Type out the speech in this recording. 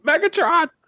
megatron